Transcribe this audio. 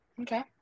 okay